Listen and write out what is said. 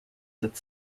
that